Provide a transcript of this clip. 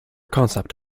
concept